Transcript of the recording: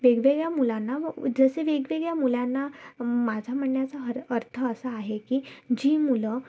वेगवगेळ्या मुलांना जसे वेगवगेळ्या मुलांना माझा म्हणण्याचा अर अर्थ असा आहे की जी मुलं